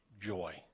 joy